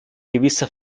gewisse